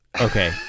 Okay